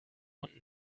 und